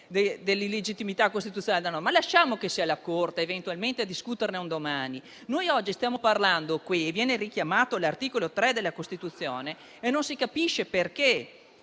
dell'illegittimità costituzionale, ma lasciamo che sia la Corte eventualmente a discuterne un domani. In alcuni interventi viene richiamato l'articolo 3 della Costituzione, ma non si capisce il perché: